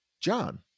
John